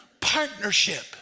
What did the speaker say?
partnership